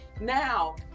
now